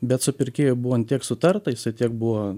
bet su pirkėju buvo an tiek sutarta jisai tiek buvo